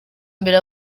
mbere